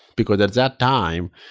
because at that time,